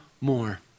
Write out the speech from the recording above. more